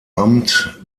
amt